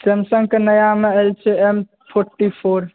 सैमसंगके नयामे आयल छै एम फोर्टी फोर